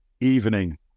evening